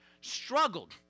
struggled